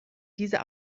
dieser